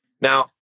Now